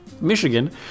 Michigan